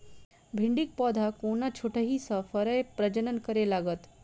भिंडीक पौधा कोना छोटहि सँ फरय प्रजनन करै लागत?